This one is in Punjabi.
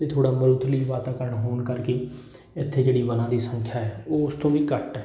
ਇਹ ਥੋੜ੍ਹਾ ਮਾਰੂਥਲੀ ਵਾਤਾਵਰਨ ਹੋਣ ਕਰਕੇ ਇੱਥੇ ਜਿਹੜੀ ਵਣਾਂ ਦੀ ਸੰਖਿਆ ਹੈ ਉਹ ਉਸ ਤੋਂ ਵੀ ਘੱਟ ਹੈ